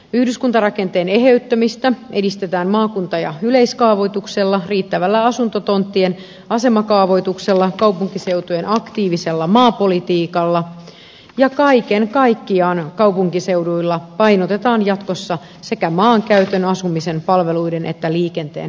yhdyskuntarakenteen eheyttämistä edistetään maakunta ja yleiskaavoituksella riittävällä asuntotonttien asemakaavoituksella kaupunkiseutujen aktiivisella maapolitiikalla ja kaiken kaikkiaan kaupunkiseuduilla painotetaan jatkossa sekä maankäytön asumisen palveluiden että liikenteen yhteensovittamista